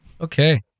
Okay